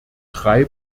drei